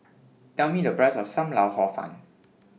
Tell Me The Price of SAM Lau Hor Fun